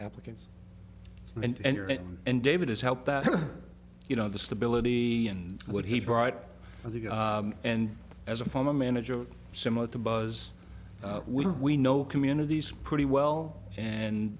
applicants and david has helped that you know the stability and what he brought and as a former manager similar to buzz we know communities pretty well and